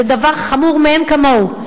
זה דבר חמור מאין כמוהו.